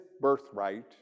birthright